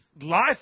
life